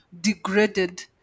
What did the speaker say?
degraded